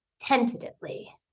tentatively